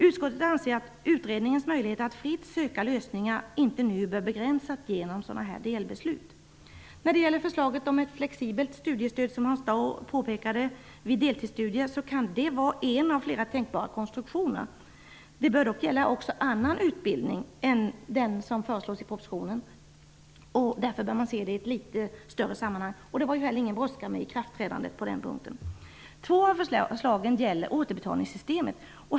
Utskottet anser att utredningens möjligheter att fritt söka lösningar inte nu bör begränsas genom delbeslut. Förslaget om ett flexibelt studiestöd vid deltidsstudier kan, som Hans Dau påpekade, vara en av flera tänkbara konstruktioner. Det bör dock gälla också annan utbildning än den som föreslås i propositionen, och man bör se det hela i ett litet större sammanhang. Det var inte heller någon brådska med ikraftträdandet. Två av förslagen gäller återbetalningssystemet.